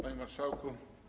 Panie Marszałku!